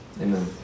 amen